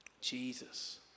Jesus